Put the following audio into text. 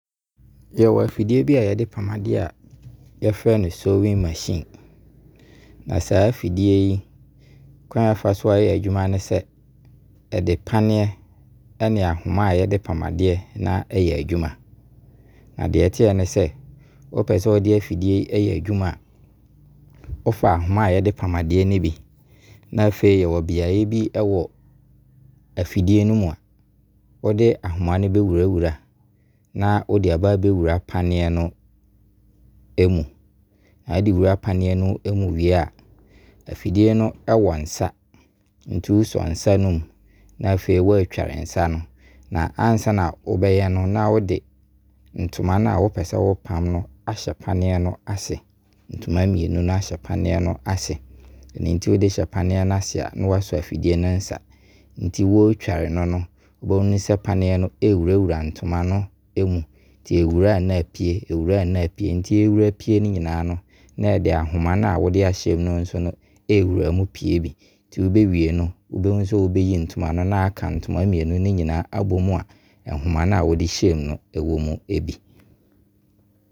Yɛwɔ afidie bi a yɛde pam adeɛ a yɛfrɛ no sowing machine. Na saa afidie yi kwan a ɛfa so yɛ adwuma ne sɛ ɛde paneɛ ne ahoma a yɛde pam adeɛ na ɛyɛ adwuma. Na deɛ ɛteɛ ne sɛ wo pɛ sɛ wo de afidie yi ɛyɛ adwuma a wo fa ahoma yɛde pam adeɛ no bi. Na afei yɛwɔ biaeɛ bi wɔ afidie no mu a wo de ahoma no bɛwurawura na wo de aba abɛwura paneɛ no ɛmu. Na wo de wura paneɛ no mu wie a, afidie no ɛwɔ nsa. Nti wo sɔ nsa no mu na afei wo atware nsa no. Na ansa na wobɛyɛ no na wode ntoma no a wo pɛ sɛ wo pam no ahyɛ paneɛ no ase. Fa ntoma mmienu ɛhyɛ paneɛ no ase. Ɛno nti wo de hyɛ paneɛ no ase wie a na wasɔ afidie no nsa. Nti wo tware no no wobɛhunu sɛ paneɛ no ɛwurawura ntoma no ɛmu. Nti ɛwura a na apie ɛwura a na apie. Nti ɛwura pie no nyinaa no, na ɛde no a wo de ɛhyɛ mu no nso ɛwura mu pie bi. Nti wobɛwie no wobɛhunu sɛ wobɛyi ntoma no na aka ntoma mmienu no nyinaa abo mu a ahoma no a wo de hyɛɛ mu no ɛwɔ mu bi.